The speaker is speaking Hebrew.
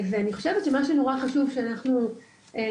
ואני חושבת שמה שנורא חשוב שאנחנו משתדלים